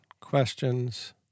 questions